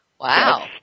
Wow